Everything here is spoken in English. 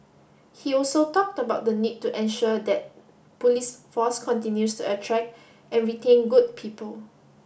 he also talked about the need to ensure that police force continues attract and retain good people